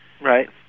Right